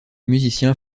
musicien